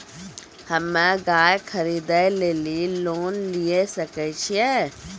हम्मे गाय खरीदे लेली लोन लिये सकय छियै?